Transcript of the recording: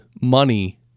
money